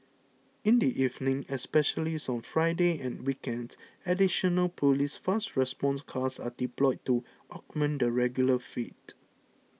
in the evening especially on Fridays and weekends additional police fast response cars are deployed to augment the regular fleet